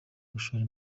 gushora